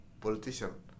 politician